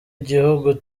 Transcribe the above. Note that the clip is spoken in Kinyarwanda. igihugu